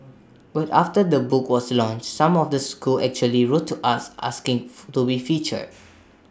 but after the book was launched some of the schools actually wrote to us asking to be featured